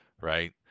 right